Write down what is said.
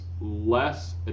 less